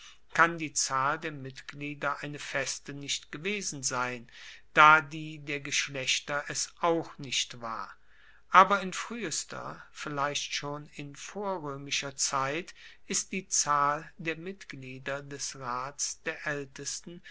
kann die zahl der mitglieder eine feste nicht gewesen sein da die der geschlechter es auch nicht war aber in fruehester vielleicht schon in vorroemischer zeit ist die zahl der mitglieder des rats der aeltesten